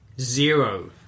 Zero